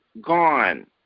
gone